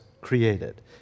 created